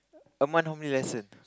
a month how many lesson